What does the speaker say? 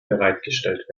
bereitgestellt